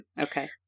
okay